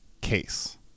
case